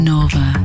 Nova